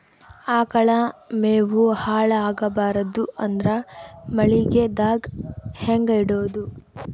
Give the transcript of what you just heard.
ಆಕಳ ಮೆವೊ ಹಾಳ ಆಗಬಾರದು ಅಂದ್ರ ಮಳಿಗೆದಾಗ ಹೆಂಗ ಇಡೊದೊ?